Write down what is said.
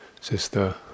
sister